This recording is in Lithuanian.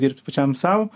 dirbti pačiam sau